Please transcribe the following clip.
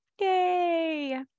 Yay